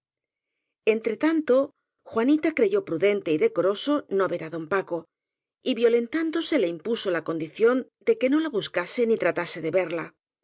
entre tanto juanita creyó prudente y decoroso no ver á don paco y violentándose le impuso la condición de que no la buscase ni tratase de verla